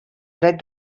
dret